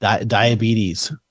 diabetes